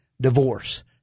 divorce